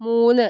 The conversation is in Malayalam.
മൂന്ന്